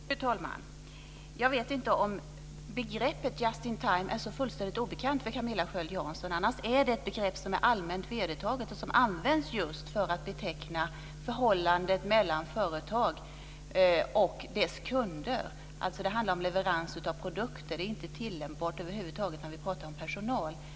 Fru talman! Jag vet inte om begreppet just-in-time är fullständigt obekant för Camilla Sköld Jansson. Det är ett begrepp som är allmänt vedertaget och som används just för att beteckna förhållandet mellan företag och deras kunder. Det handlar alltså om leverans av produkter, och det är inte över huvud taget tillämpbart när vi pratar om personal.